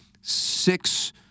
six